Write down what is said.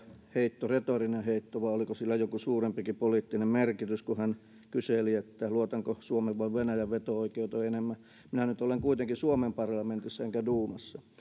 heitto retorinen heitto vai oliko sillä joku suurempikin poliittinen merkitys kun hän kyseli luotanko enemmän suomen vai venäjän veto oikeuteen minä nyt olen kuitenkin suomen parlamentissa enkä duumassa